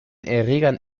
erregern